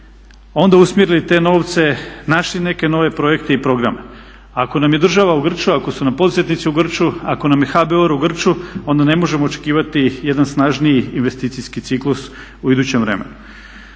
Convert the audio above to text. onda usmjerili te novce, našli neke nove projekte i programe. Ako nam je država u grču, ako su nam poduzetnici u grču, ako nam je HBOR u grču onda ne možemo očekivati jedan snažniji investicijski ciklus u idućem vremenu.